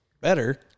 better